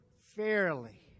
fairly